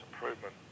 improvement